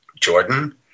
Jordan